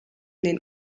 den